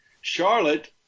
Charlotte